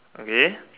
okay